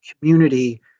community